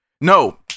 No